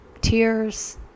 tears